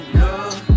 love